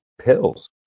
pills